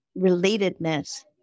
relatedness